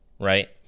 right